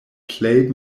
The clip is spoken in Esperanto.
plej